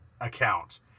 account